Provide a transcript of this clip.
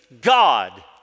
God